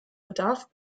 bedarf